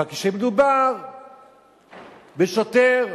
אבל כשמדובר בשוטר,